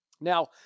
now